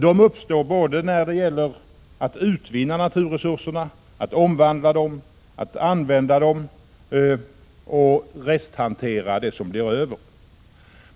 De uppstår både vid utvinnandet av naturresurserna, vid omvandlingen av dem, vid användningen av dem, och vid resthanteringen av det som blir över.